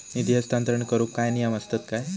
निधी हस्तांतरण करूक काय नियम असतत काय?